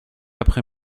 après